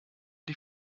die